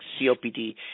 COPD